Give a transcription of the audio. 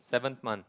seventh month